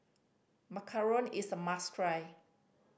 macaron is a must try